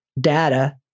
data